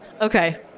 okay